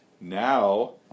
Now